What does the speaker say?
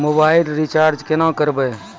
Mobile recharge केना करबै?